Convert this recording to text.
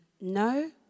No